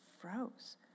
froze